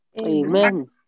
Amen